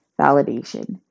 validation